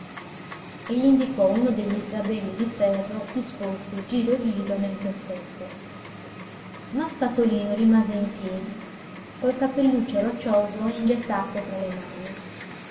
e gl'indicò uno degli sgabelli di ferro disposti giro giro nel chioschetto ma spatolino rimase in piedi col cappelluccio roccioso e ingessato tra le mani